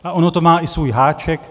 A ono to má i svůj háček.